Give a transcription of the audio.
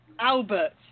Albert